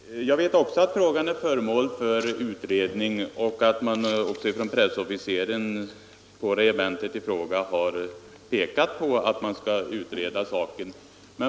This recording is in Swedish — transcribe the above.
Herr talman! Jag vet också att frågan är föremål för utredning och att pressofficeren på regementet i fråga har meddelat att saken skall utredas.